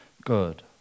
good